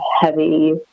heavy